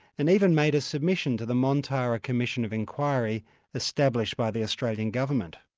and even made a submission to the montara commission of inquiry established by the australian government.